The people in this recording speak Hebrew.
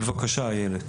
בבקשה, איילת.